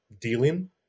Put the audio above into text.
dealing